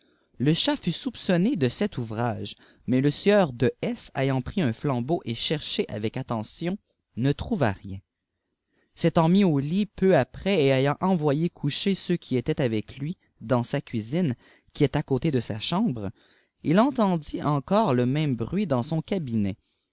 le chat fut soupçonné de cet ouvrage mais le sieur de s ayant pris un flambeau et cherché avec attention ne trouva rien s étant mis au ht peu après et ayant envoyé coucher ceux qui étaient avec lui dans sa cuisine gui est à côté de sa chamïre il entendit encore le même bruit dans son cabinet